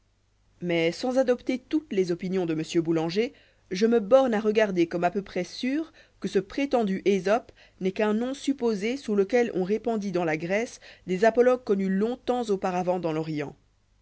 mais sans adopter toutes les opinions de m boulanger je me borne à regarder comme à peu près sûr que ce prétendu esope n'est qu'un nom supposé sous lequel on répandit dans la grèce des apologues connuslong temps auparavant dans l'orient